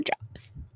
jobs